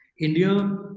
India